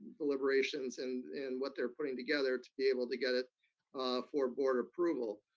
deliberations and in what they're putting together to be able to get it for board approval.